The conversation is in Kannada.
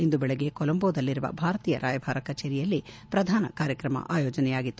ಇಂದು ಬೆಳಗ್ಗೆ ಕೊಲಂಬೋದಲ್ಲಿರುವ ಭಾರತೀಯ ರಾಯಭಾರ ಕಚೇರಿಯಲ್ಲಿ ಪ್ರಧಾನ ಕಾರ್ಯತ್ರಮ ಆಯೋಜನೆಯಾಗಿತ್ತು